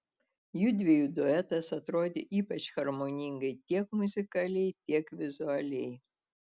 judviejų duetas atrodė ypač harmoningai tiek muzikaliai tiek vizualiai